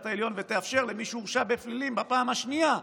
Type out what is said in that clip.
העליון ותאפשר למי שהורשע בפלילים בפעם השנייה,